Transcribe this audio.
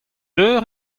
eur